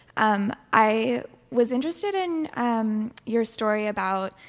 um i was interested in um your story about